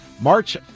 March